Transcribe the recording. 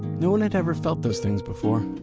no one had ever felt those things before.